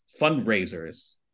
fundraisers